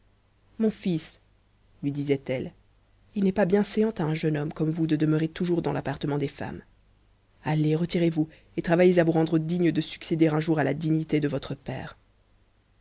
mon fils lui disait-elle il n'est pas bienséant à un jeune homme comme vous de demeurer toujours dans l'appartement des femmes allez retirez-vous et travaillez à vous rendre digne de succéder un jour à la dignité de votre père